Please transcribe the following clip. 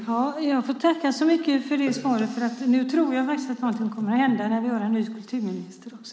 Herr talman! Jag tackar så mycket för det svaret. Jag tror faktiskt att någonting kommer att hända nu när vi har en kulturminister också.